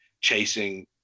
chasing